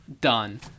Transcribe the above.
done